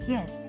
Yes